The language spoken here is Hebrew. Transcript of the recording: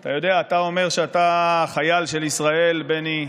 אתה יודע, אתה אומר שאתה חייל של ישראל, בני,